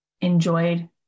enjoyed